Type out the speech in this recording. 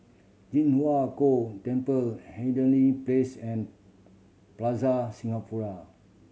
Ji Huang Kok Temple Hindhede Place and Plaza Singapura